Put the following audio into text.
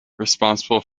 responsible